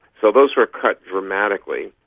so those were cut dramatically.